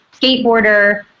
skateboarder